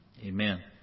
Amen